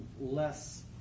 less